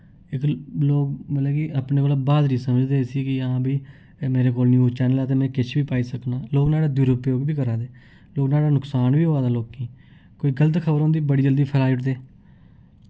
इक लोक मतलब कि अपने कोला ब्हादरी समझदे इस्सी कि हां भाई मेरे कोल न्यूज चैनल ऐ ते में किश बी पाई सकना लोक नुआढ़ा दुरुपयोग बी करै दे लोक नुआढ़ा नुक़सान बी होआ दा लोकें कोई गल्त खबर होंदी बड़ी जल्दी फैलाई ओड़दे